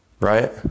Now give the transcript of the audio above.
right